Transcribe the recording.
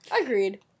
Agreed